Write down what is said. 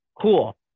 cool